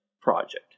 project